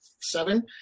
seven